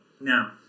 Now